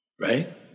right